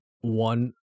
one